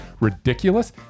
ridiculous